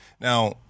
Now